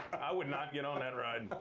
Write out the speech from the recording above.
i would not get on that ride.